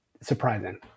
surprising